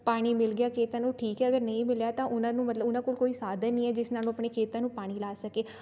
ਪਾਣੀ ਮਿਲ ਗਿਆ ਖੇਤਾਂ ਨੂੰ ਠੀਕ ਹੈ ਅਗਰ ਨਹੀਂ ਮਿਲਿਆ ਤਾਂ ਉਹਨਾਂ ਨੂੰ ਮਤਲਬ ਉਹਨਾਂ ਕੋਲ ਕੋਈ ਸਾਧਨ ਨਹੀਂ ਹੈ ਜਿਸ ਨਾਲ ਉਹ ਆਪਣੀ ਖੇਤਾਂ ਨੂੰ ਪਾਣੀ ਲਾ ਸਕੇ